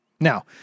Now